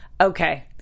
Okay